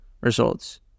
results